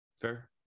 Fair